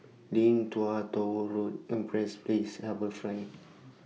Lim Tua Tow Road Empress Place and HarbourFront